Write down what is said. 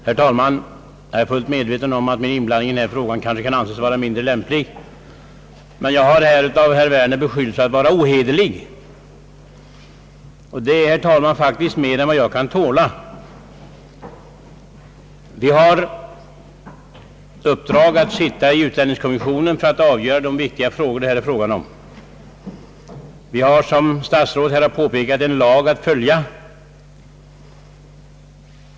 Herr talman! Jag är fullt medveten om att min inblandning i denna fråga kan anses mindre lämplig, men jag har av herr Werner blivit beskylld för att vara ohederlig, och det är, herr talman, faktiskt mer än jag kan tåla. De som sitter i utlänningskommissionen har ett uppdrag att avgöra de viktiga frågor det här gäller. Vi har, som statsrådet här har påpekat, en lag att följa.